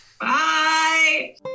Bye